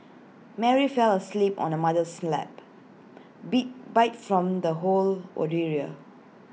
Mary fell asleep on her mother's lap beat bite from the whole